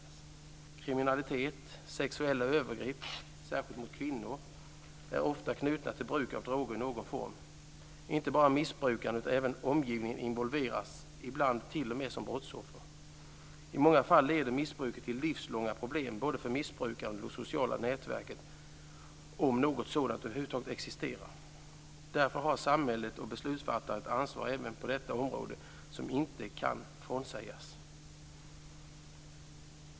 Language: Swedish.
Kriminalitet och sexuella övergrepp, särskilt mot kvinnor, är ofta knutna till bruk av droger i någon form. Inte bara missbrukaren utan även omgivningen involveras, ibland t.o.m. som brottsoffer. I många fall leder missbruket till livslånga problem både för missbrukaren och det sociala nätverket - om något sådant över huvud taget existerar. Därför har samhället och beslutsfattarna ett ansvar även på detta område som inte kan frånsägas.